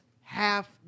half